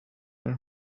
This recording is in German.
ein